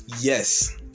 Yes